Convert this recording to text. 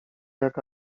jak